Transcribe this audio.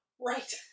right